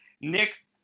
Nick